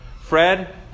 Fred